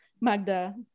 Magda